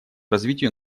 развитию